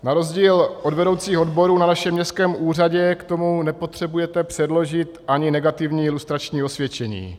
Na rozdíl od vedoucích odborů na našem městském úřadě k tomu nepotřebujete předložit ani negativní lustrační osvědčení.